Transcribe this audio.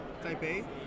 Taipei